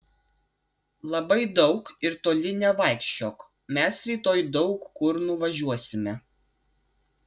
labai daug ir toli nevaikščiok mes rytoj daug kur nuvažiuosime